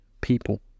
people